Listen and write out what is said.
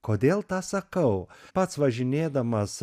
kodėl tą sakau pats važinėdamas